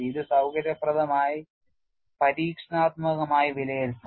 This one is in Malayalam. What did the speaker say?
ഇത് സൌകര്യപ്രദമായി പരീക്ഷണാത്മകമായി വിലയിരുത്താം